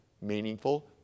meaningful